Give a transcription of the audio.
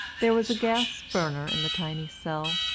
there was a gas-burner in the tiny cell,